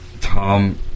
Tom